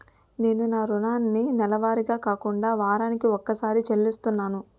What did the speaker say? నేను నా రుణాన్ని నెలవారీగా కాకుండా వారాని కొక్కసారి చెల్లిస్తున్నాను